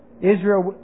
Israel